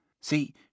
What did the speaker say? See